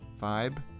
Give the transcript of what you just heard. vibe